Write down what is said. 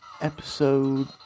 episode